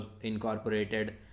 incorporated